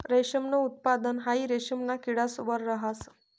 रेशमनं उत्पादन हाई रेशिमना किडास वर रहास